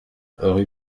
rue